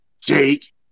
Jake